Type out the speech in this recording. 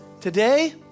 Today